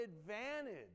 advantage